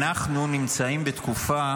אני לא יכול לעצור את השעון אם אתה מדבר.